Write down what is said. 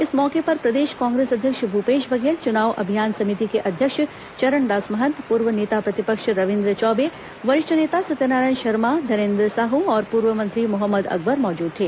इस मौके पर प्रदेश कांग्रेस अध्यक्ष भूपेश बघेल चुनाव अभियान समिति के अध्यक्ष चरण दास महंत पूर्व नेता प्रतिपक्ष रविंद्र चौबे वरिष्ठ नेता सत्यनारायण शर्मा धनेन्द्र साहू और पूर्व मंत्री मोहम्मद अकबर मौजूद थे